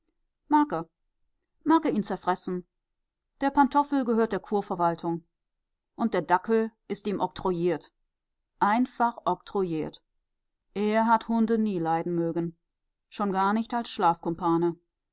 er mag er ihn zerfressen der pantoffel gehört der kurverwaltung und der dackel ist ihm oktroyiert einfach oktroyiert er hat hunde nie leiden mögen schon gar nicht als schlafkumpane